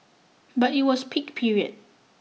but it was peak period